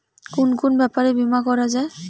কুন কুন ব্যাপারে বীমা করা যায়?